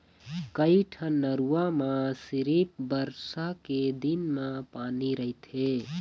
कइठन नरूवा म सिरिफ बरसा के दिन म पानी रहिथे